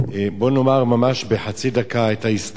בוא נאמר ממש בחצי דקה את ההיסטוריה.